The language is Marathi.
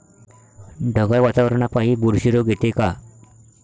ढगाळ वातावरनापाई बुरशी रोग येते का?